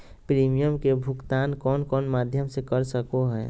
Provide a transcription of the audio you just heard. Premium के भुक्तान कौन कौन माध्यम से कर सको है?